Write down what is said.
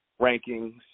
rankings